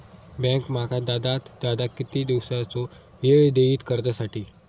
Bank माका जादात जादा किती दिवसाचो येळ देयीत कर्जासाठी?